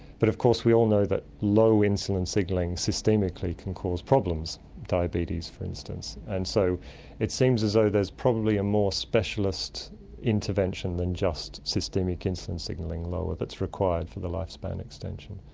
but of course we all know that low insulin signalling systemically can cause problems diabetes, for instance. and so it seems as though there's probably a more specialist intervention than just systemic insulin signalling lowering ah that's required for the lifespan extension.